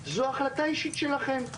זאת החלטה אישית שלכם,